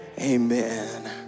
Amen